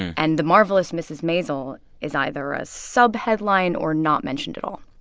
and the marvelous mrs. maisel is either a sub headline or not mentioned at all.